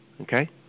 okay